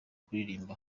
kuririmba